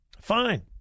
Fine